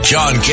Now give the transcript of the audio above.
John